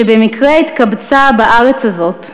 שבמקרה התקבצה בארץ הזאת,